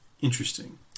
interesting